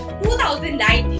2019